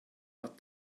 but